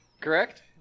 Correct